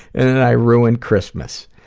and that i ruined christmas.